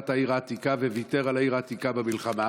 את העיר העתיקה וויתר על העיר העתיקה במלחמה,